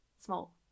small